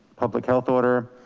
public health order.